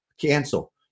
cancel